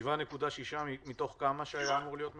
7.6 מתוך כמה שהיה אמור להיות מבוצע?